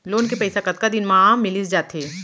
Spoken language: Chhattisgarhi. लोन के पइसा कतका दिन मा मिलिस जाथे?